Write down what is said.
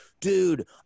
dude